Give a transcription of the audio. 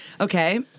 Okay